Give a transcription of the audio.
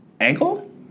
ankle